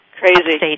Crazy